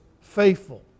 faithful